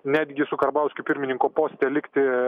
netgi su karbauskiu pirmininko poste likti